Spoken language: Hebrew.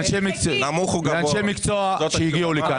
לאנשי המקצוע שהגיעו לכאן.